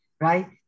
right